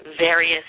various